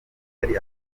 batari